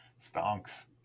Stonks